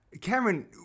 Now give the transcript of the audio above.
cameron